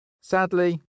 Sadly